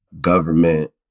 Government